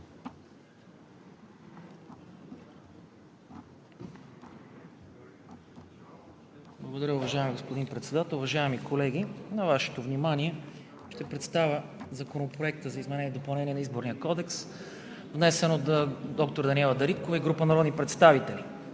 Благодаря, уважаеми господин Председател. Уважаеми колеги, на Вашето внимание ще представя Законопроекта за изменение и допълнение на Изборния кодекс, внесен от доктор Даниела Дариткова и група народни представители.